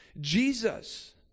Jesus